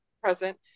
present